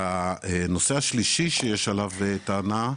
הנושא השלישי שיש עליו טענה,